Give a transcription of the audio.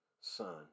son